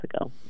ago